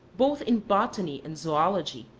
both in botany and zoology,